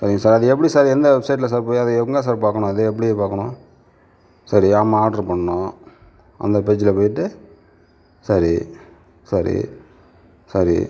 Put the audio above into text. சரி சார் அது எப்படி சார் எந்த வெப்சைட்டில் சார் போய் அதை எங்கே சார் பார்க்கணும் அது எப்படி பார்க்கணும் சரி ஆமாம் ஆடரு பண்ணோம் அந்த பேஜில் போய்ட்டு சரி சரி சரி